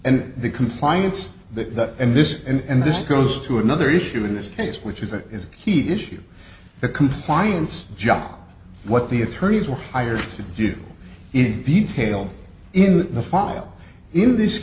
and the compliance that and this is and this goes to another issue in this case which is it is a key issue the compliance job what the attorneys were hired to do is detail in the fall in this